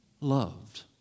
loved